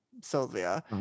Sylvia